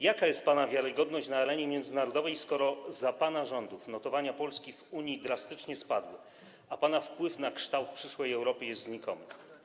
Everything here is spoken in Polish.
Jaka jest pana wiarygodność na arenie międzynarodowej, skoro za pana rządów notowania Polski w Unii drastycznie spadły, a pana wpływ na kształt przyszłej Europy jest znikomy?